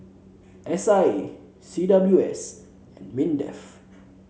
S I A C W S and Mindef